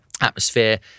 atmosphere